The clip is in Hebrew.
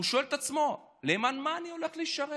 הוא שואל את עצמו: למען מה אני הולך לשרת?